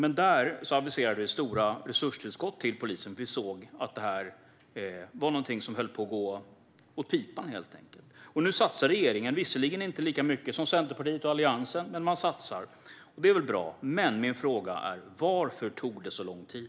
I jultalet aviserades stora resurstillskott till polisen, eftersom vi såg att detta var någonting som höll på att gå åt pipan helt enkelt. Nu satsar regeringen. Visserligen satsar man inte lika mycket som Centerpartiet och Alliansen, men man satsar. Det är bra. Men min fråga är: Varför tog det så lång tid?